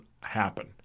happen